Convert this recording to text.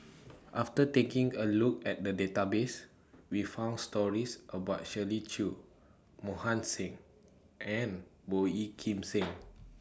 after taking A Look At The Database We found stories about Shirley Chew Mohan Singh and Boey Kim Cheng